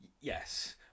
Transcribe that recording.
Yes